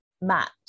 match